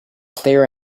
clear